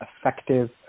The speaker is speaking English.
effective